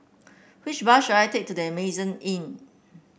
which bus should I take to The Amazing Inn